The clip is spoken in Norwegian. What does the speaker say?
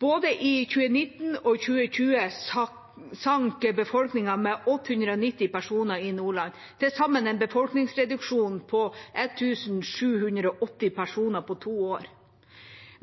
Både i 2019 og 2020 sank befolkningen med 890 personer i Nordland – til sammen en befolkningsreduksjon på 1 780 personer på to år.